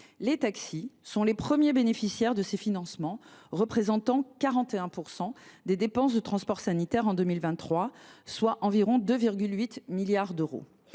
Les taxis sont les premiers bénéficiaires de ces financements, représentant 41 % des dépenses de transports sanitaires en 2023, soit environ 2,8 milliards d’euros.